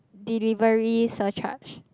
delivery surcharge